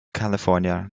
california